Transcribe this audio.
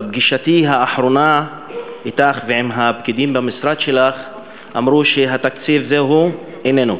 בפגישתי האחרונה אתך ועם הפקידים במשרד שלך אמרו שהתקציב איננו,